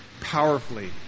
powerfully